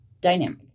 dynamic